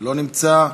לא נמצא.